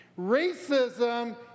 Racism